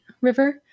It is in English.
River